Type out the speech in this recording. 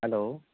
hello